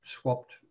swapped